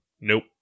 Nope